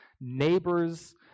neighbors